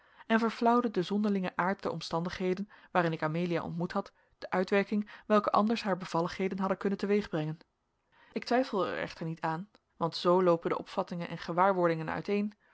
en verflauwde de zonderlinge aard der omstandigheden waarin ik amelia ontmoet had de uitwerking welke anders haar bevalligheden hadden kunnen teweegbrengen ik twijfel er echter niet aan want zoo loopen de opvattingen en gewaarwordingen uiteen